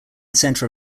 center